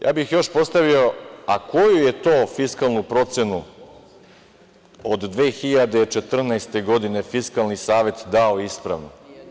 Još bih postavio pitanje – koju je to fiskalnu procenu od 2014. godine Fiskalni savet dao ispravnu?